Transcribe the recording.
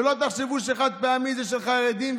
שלא תחשבו שחד-פעמי זה של חרדים,